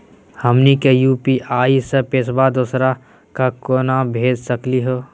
हमनी के यू.पी.आई स पैसवा दोसरा क केना भेज सकली हे?